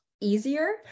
easier